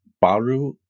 Baru